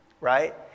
right